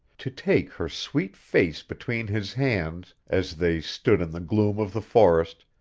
to take her sweet face between his hands, as they stood in the gloom of the forest,